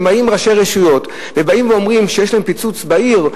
אם ראשי רשויות באים ואומרים שיש להם פיצוץ בצינור בעיר,